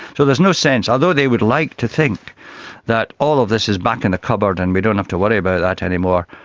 so there's no sense, although they would like to think that all of this is back in a cupboard and we don't have to worry about ah that anymore,